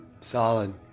Solid